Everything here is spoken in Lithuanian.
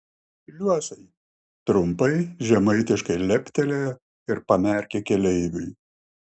liuosai trumpai žemaitiškai leptelėjo ir pamerkė keleiviui